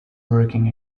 working